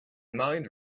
mind